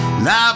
Now